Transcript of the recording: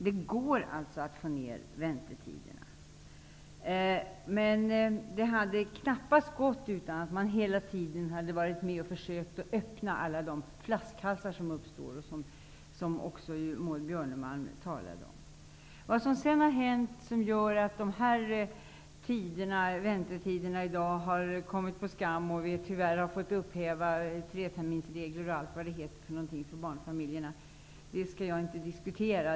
Det går alltså att få ner väntetiderna. Men det hade knappast gått utan att man hela tiden hade varit med och försökt att öppna alla de flaskhalsar som uppstår. De talade också Maud Björnemalm om. Vad som sedan har hänt som gör att väntetiderna i dag har kommit på skam och att vi tyvärr har fått upphäva treterminsregler osv. för barnfamiljerna skall jag inte diskutera.